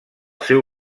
seu